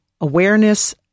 awareness